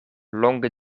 longe